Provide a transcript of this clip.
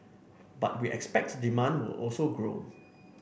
but we expect demand will also grow